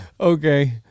Okay